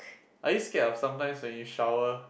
are you scared of sometimes when you shower